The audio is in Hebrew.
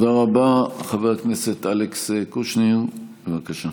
האקדמיה בישראל